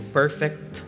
perfect